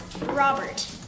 Robert